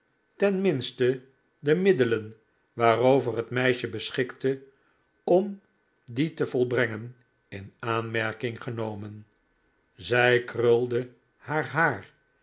minste de middelen waarover het meisje beschikte om die te volbrengen in aanmerking genomen zij krulde haar haar